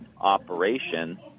operation